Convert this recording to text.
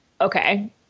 okay